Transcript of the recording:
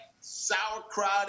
sauerkraut